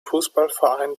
fußballverein